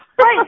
Right